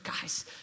guys